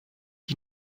die